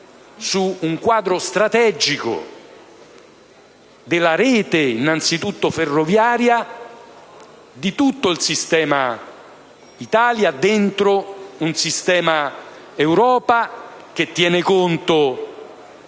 su un quadro strategico della rete innanzitutto ferroviaria e poi di tutto il sistema Italia all'interno del sistema Europa, che tenga conto